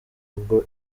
rugo